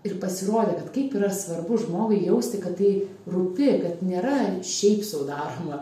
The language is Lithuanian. ir pasirodė kad kaip yra svarbu žmogui jausti kad tai rūpi kad nėra šiaip sau daroma